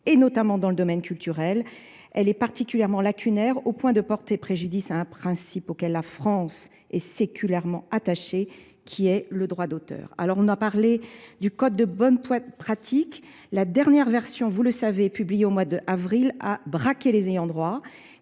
Et notamment dans le domaine culturel, elle est particulièrement lacunaire au point de porter préjudice à un principe auquel la France est séculairement attachée, qui est le droit d'auteur. Alors on a parlé du code de bonne pratique, La dernière version, vous le savez, publiée au mois de avril a braqué les ayants droits,